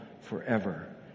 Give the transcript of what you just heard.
forever